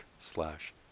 slash